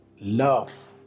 love